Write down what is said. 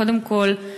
קודם כול,